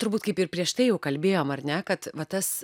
turbūt kaip ir prieš tai jau kalbėjom ar ne kad va tas